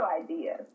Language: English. idea